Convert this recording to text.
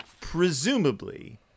Presumably